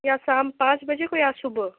या शाम पाँच बजे को या सुबह